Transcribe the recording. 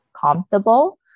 comfortable